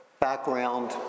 background